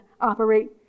operate